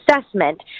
assessment